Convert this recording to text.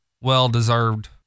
well-deserved